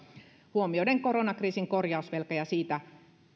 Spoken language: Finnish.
huomioiden koronakriisin korjausvelka ja